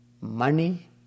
money